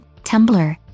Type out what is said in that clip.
Tumblr